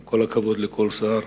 עם כל הכבוד לכל שר.